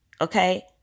okay